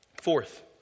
fourth